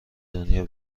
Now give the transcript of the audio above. دنیا